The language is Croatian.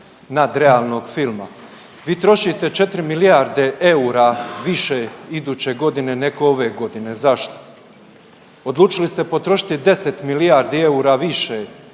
nadrealnog filma. Vi trošite 4 milijarde eura više iduće godine nego ove godine. Zašto? Odlučili ste potrošiti 10 milijardi eura više